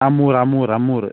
Amur അമുർ Amur